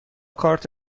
کارت